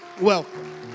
welcome